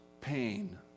pain